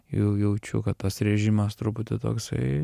jau jaučiu kad tas režimas truputį toksai